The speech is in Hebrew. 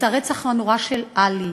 את הרצח הנורא של עלי,